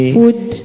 food